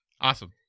Awesome